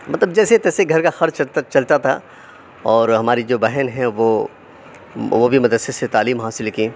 مطلب جیسے تیسے گھر کا خرچ حد تک چلتا تھا اور ہماری جو بہن ہیں وہ وہ بھی مدرسہ سے تعلیم حاصل کیں